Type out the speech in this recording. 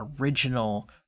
original